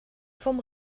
vom